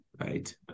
right